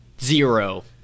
zero